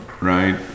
right